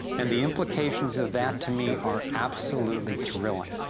and the implications of that to me are absolutely thrilling.